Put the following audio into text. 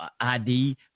ID